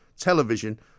television